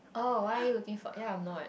oh why are you looking for ya I'm not